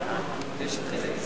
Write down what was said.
התשס"ט 2009,